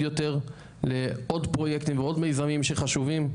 יותר לעוד פרויקטים ועוד מיזמים שחשובים,